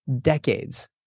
decades